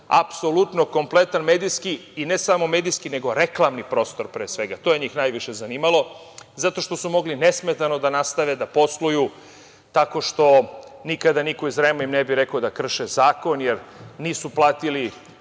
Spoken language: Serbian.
apsolutno kompletan medijski i ne samo medijski, nego i reklamni prostor pre svega. To je njih najviše zanimalo zato što su mogli nesmetano da nastave, da posluju tako što im niko nikada iz REM-a ne bi rekao da krše zakon, jer nisu platili